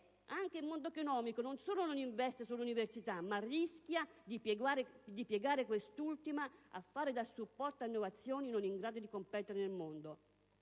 anche il mondo economico: non solo non investe sull'università, ma rischia di piegare quest'ultima a fare da supporto a innovazioni non in grado di competere nel mondo.